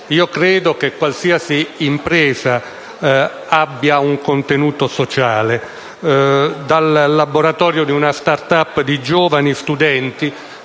Io credo che qualsiasi impresa abbia un connotato sociale, dal laboratorio di una *start-up* di giovani studenti